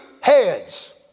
heads